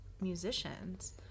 musicians